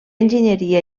enginyeria